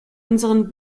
unserem